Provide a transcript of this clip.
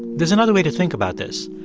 there's another way to think about this.